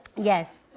yes.